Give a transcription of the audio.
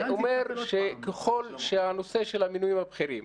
זה אומר שככל שהנושא של המינויים הבכירים,